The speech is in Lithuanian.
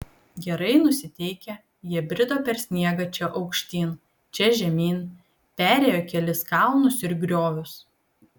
gerai nusiteikę jie brido per sniegą čia aukštyn čia žemyn perėjo kelis kalnus ir griovius